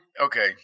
Okay